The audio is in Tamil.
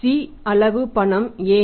C அளவு பணம் ஏன்